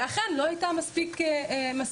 ואכן לא היתה מספיק הסברה,